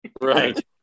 Right